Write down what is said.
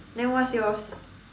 then what's yours